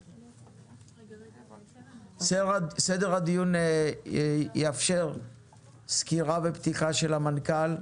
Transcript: סדר הדיון יאפשר סקירה ופתיחה של המנכ"ל,